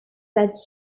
that